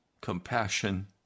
compassion